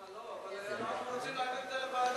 אנחנו רוצים להעביר את זה לוועדה.